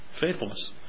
Faithfulness